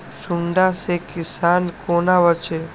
सुंडा से किसान कोना बचे?